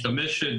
שנה.